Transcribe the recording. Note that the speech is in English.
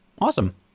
Awesome